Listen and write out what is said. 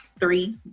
three